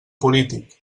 polític